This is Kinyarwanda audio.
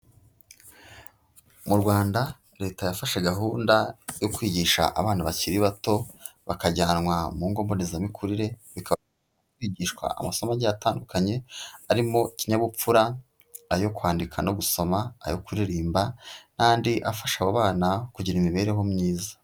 Mu Rwanda, leta yafashe gahunda yo kwigisha abana bakiri bato, bakajyanwa mu ngo mbonezamikurire, bikabafasha kwigishwa amasomo agiye atandukanye, arimo ikinyabupfura, ayo kwandika no gusoma, ayo kuririmba, n'andi afasha abo bana kugira imibereho myiza.